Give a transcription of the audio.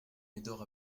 médor